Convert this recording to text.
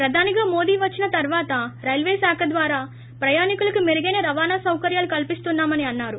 ప్రధానిగా మోదీ వచ్చిన తర్వాత రైల్వేశాఖ ద్వారా ప్రయాణికులకి మెరుగైన రవాణా సౌకర్యాలు కల్పిస్తున్నామని అన్నారు